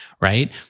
right